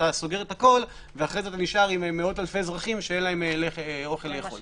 אתה סוגר את הכול ואתה נשאר עם מאות אלפי אזרחים שאין להם אוכל לאכול.